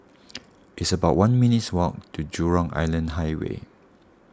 it's about one minutes' walk to Jurong Island Highway